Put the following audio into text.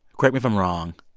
correct me if i'm wrong.